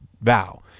vow